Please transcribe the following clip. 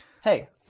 Hey